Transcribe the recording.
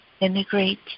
integrate